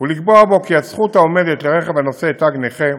ולקבוע בו כי הזכות העומדת לרכב הנושא תג נכה